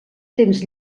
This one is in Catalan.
temps